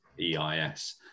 EIS